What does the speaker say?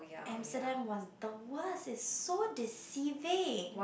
Amsterdam was the worst is so deceiving